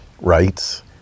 rights